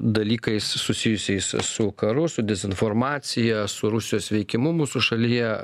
dalykais susijusiais su karu su dezinformacija su rusijos veikimu mūsų šalyje